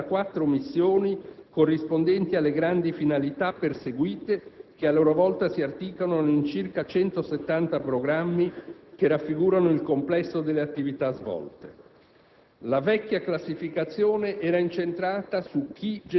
La nuova classificazione del bilancio si basa su 34 missioni, corrispondenti alle grandi finalità perseguite, che, a loro volta, si articolano in circa 170 programmi che raffigurano il complesso delle attività svolte.